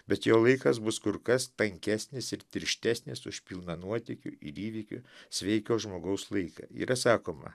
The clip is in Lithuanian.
bet jo laikas bus kur kas tankesnis ir tirštesnis už pilną nuotykių ir įvykių sveiko žmogaus laiką yra sakoma